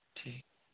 ठीक